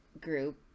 group